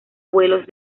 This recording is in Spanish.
vuelos